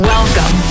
Welcome